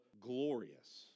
glorious